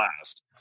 last